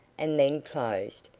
and then closed,